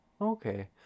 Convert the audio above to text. Okay